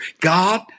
God